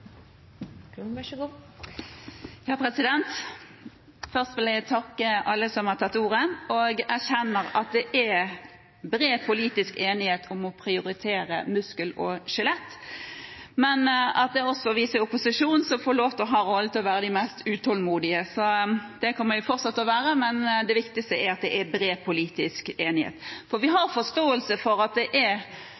Først vil jeg takke alle som har tatt ordet og erkjenner at det er bred politisk enighet om å prioritere muskel- og skjelettområdet. Det er vi som er i opposisjon, som får lov til å ha rollen som de mest utålmodige – det kommer vi fortsatt til å være – men det viktigste er at det er bred politisk enighet. Vi har forståelse for at det er